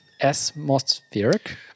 atmospheric